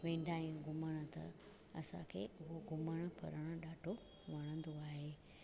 वेंदा आहियूं घुमण त असांखे घुमणु फ़िरणु ॾाढो वणंदो आहे